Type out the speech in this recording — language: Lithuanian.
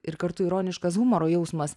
ir kartu ironiškas humoro jausmas